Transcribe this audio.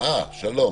שלום.